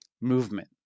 movement